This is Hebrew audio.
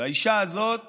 והאישה הזאת